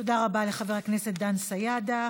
תודה רבה לחבר הכנסת דן סידה.